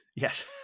Yes